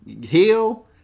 heal